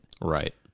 Right